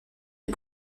les